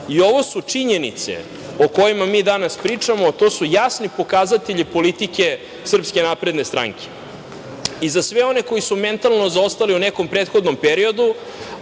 Ovo su činjenice o kojima mi danas pričamo, a to su jasni pokazatelji politike SNS.Za sve one koji su mentalno zaostali u nekom prethodnom periodu